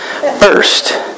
first